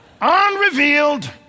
unrevealed